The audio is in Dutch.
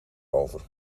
over